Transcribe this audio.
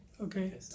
Okay